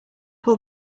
pull